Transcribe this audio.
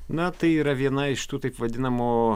na tai yra viena iš tų taip vadinamų